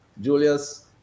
Julius